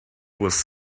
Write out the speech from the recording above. was